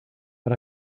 but